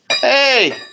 Hey